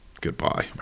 Goodbye